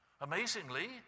Amazingly